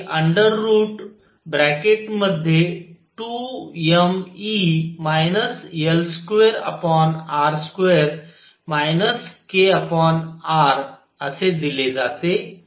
तर pr हे √ असे दिले जाते